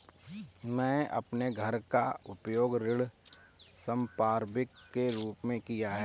मैंने अपने घर का उपयोग ऋण संपार्श्विक के रूप में किया है